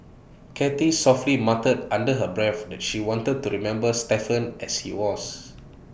cathy softly muttered under her breath that she wanted to remember Stephen as he was